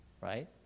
right